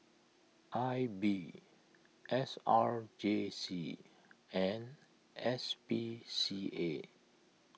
I B S R J C and S P C A